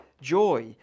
joy